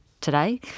today